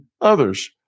others